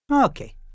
Okay